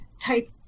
type